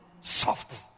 soft